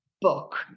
book